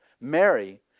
Mary